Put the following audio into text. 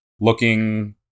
looking